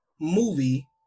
movie